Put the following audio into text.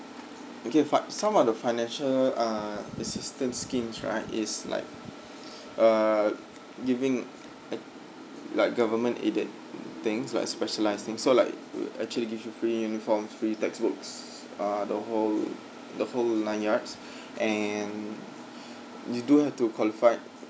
okay fi~ some of the financial uh assistance schemes right is like err giving uh like government aided things like specialising so like would actually give you free uniform free textbooks uh the whole the whole nine yards and you do have two qualified